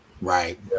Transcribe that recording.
Right